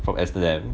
from amsterdam